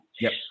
Yes